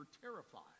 terrified